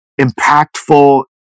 impactful